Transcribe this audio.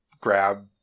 grab